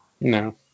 No